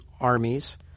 Armies